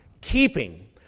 keeping